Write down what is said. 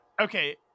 Okay